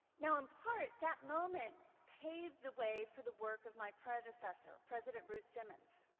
now, in part, that moment paved the way for the work of my predecessor president ruth simmons.